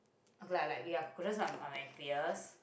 okay like like ya cockroaches are are my fears